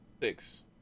Six